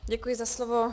Děkuji za slovo.